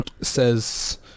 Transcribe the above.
says